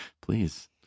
Please